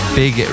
big